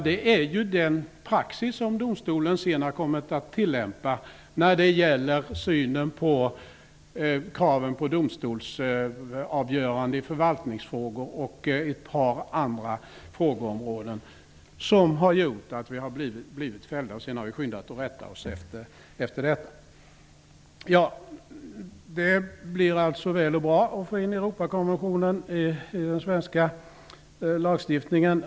Det är den praxis som domstolen sedan har kommit att tillämpa när det gäller synen på kraven på domstolsavgörande i förvaltningsfrågor och ett par andra frågeområden som har gjort att vi blivit fällda. Sedan har vi skyndat oss att rätta oss efter detta. Det blir alltså bra att få in Europakonventionen i den svenska lagstiftningen.